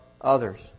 others